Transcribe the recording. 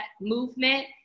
movement